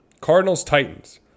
Cardinals-Titans